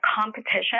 competition